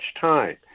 time